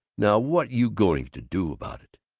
now what you going to do about it?